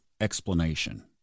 explanation